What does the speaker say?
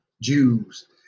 Jews